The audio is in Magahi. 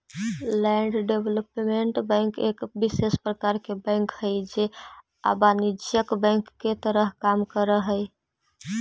लैंड डेवलपमेंट बैंक एक विशेष प्रकार के बैंक हइ जे अवाणिज्यिक बैंक के तरह काम करऽ हइ